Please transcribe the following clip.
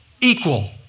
equal